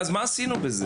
מה עשינו בזה?